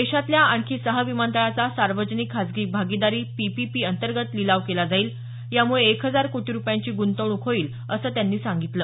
देशातल्या आणखी सहा विमानतळांचा सार्वजनिक खासगी भागीदारी पीपीपी अंतर्गत लिलाव केला जाईल यामुळे एक हजार कोटी रुपयांची गुंतवणूक होईल असं त्यांनी सांगितलं